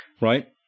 right